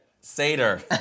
Seder